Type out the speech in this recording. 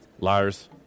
Liars